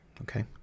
Okay